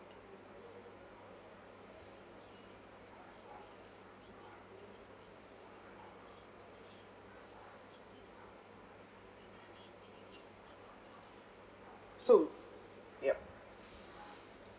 so yup